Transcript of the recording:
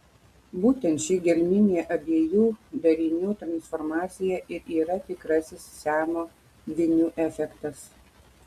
būtent ši gelminė abiejų darinių transformacija ir yra tikrasis siamo dvynių efektas